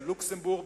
בלוקסמבורג,